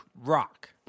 rock